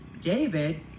David